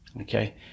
okay